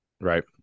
Right